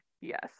Yes